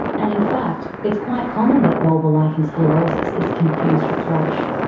and in fact, it's quite common that vulvar lichen sclerosus is confused with thrush.